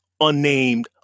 Unnamed